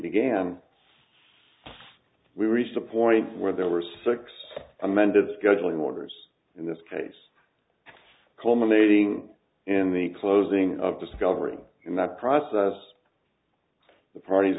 began we reached a point where there were six amended scheduling orders in this case culminating in the closing of discovery in that process the parties